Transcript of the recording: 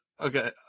okay